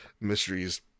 mysteries